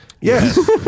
Yes